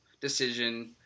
decision